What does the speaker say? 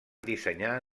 dissenyar